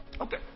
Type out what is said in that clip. Okay